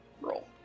roll